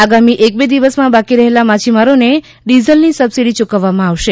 આગામી એક બે દિવસમાં બાકી રહેલા માછીમારોને ડીઝલની સબસીડી ચૂકવવામાં આવશે